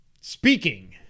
Speaking